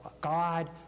God